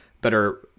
better